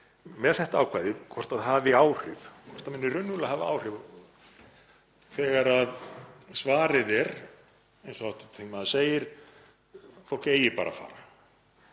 Með þetta ákvæði, hvort það hafi áhrif, hvort það muni raunverulega hafa áhrif, þegar svarið er, eins og hv. þingmaður segir, að fólk eigi bara að fara,